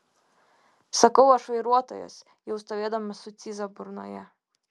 sakau aš vairuotojas jau stovėdamas su cyza burnoje